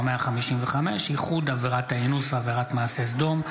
155) (איחוד עבירת האינוס ועבירת מעשה סדום),